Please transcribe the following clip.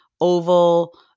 oval